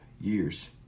years